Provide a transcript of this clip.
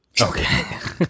Okay